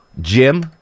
Jim